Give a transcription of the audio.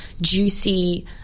juicy